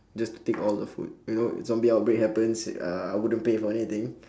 just take all the food you know if zombie outbreak happens uh I wouldn't pay for anything